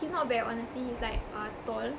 he's not very honestly he's like err tall